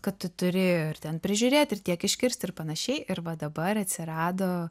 kad tu turi ir ten prižiūrėt ir tiek iškirst ir panašiai ir va dabar atsirado